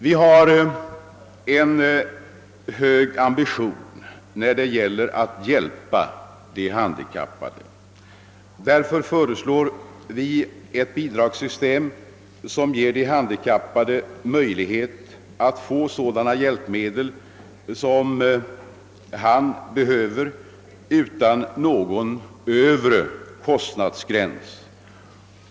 Vi har stora ambitioner när det gäller att hjälpa de handikappade, och därför föreslås i propositionen ett bidragssystem som ger den handikappade möjlighet att få behövliga hjälpmedel utan någon övre kostnadsgräns.